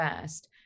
first